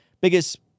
biggest